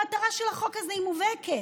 המטרה של החוק הזה מובהקת,